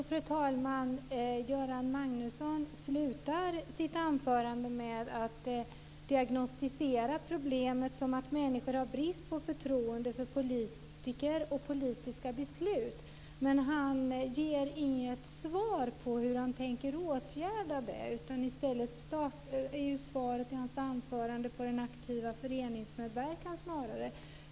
Fru talman! Göran Magnusson slutar sitt anförande med att diagnostisera problemet som att människor har brist på förtroende för politiker och politiska beslut. Men han ger inget svar på hur han tänker åtgärda problemet. I stället är hans svar en aktiv föreningsmedverkan.